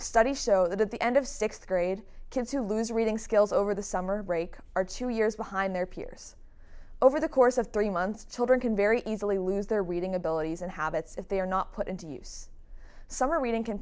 studies show that at the end of sixth grade kids who lose reading skills over the summer break are two years behind their peers over the course of three months children can very easily lose their reading abilities and habits if they are not put into use summer reading can